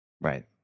Right